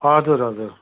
हजुर हजुर